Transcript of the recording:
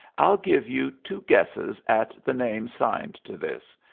i'll give you two guesses at the name signed to this,